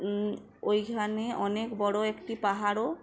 ওইখানে অনেক বড়ো একটি পাহাড়ও